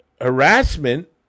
harassment